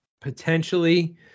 potentially